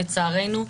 לצערנו.